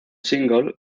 single